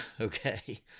okay